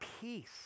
peace